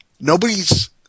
nobody's